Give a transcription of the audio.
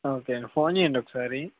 okay అండి phone చెయ్యండి ఒకసారి